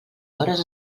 hores